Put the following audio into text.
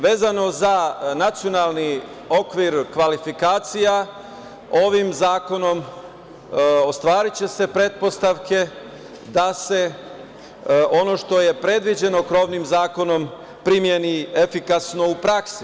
Vezano za nacionalni okvir kvalifikacija, ovim zakonom ostvariće se pretpostavke da se ono što je predviđeno krovnim zakonom primeni efikasno u praksi.